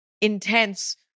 intense